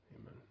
Amen